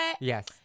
Yes